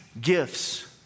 gifts